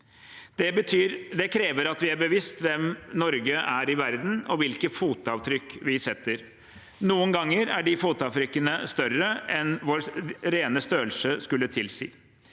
Det krever at vi er bevisst hvem Norge er i verden, og hvilke fotavtrykk vi setter. Noen ganger er de fotavtrykkene større enn vår rene størrelse skulle tilsi.